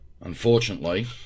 Unfortunately